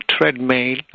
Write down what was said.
treadmill